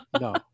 No